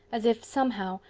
as if, somehow,